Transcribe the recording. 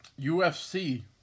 UFC